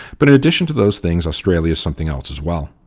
but in addition to those things australia is something else as well.